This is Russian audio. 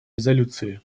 резолюции